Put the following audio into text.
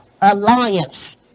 alliance